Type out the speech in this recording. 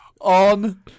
On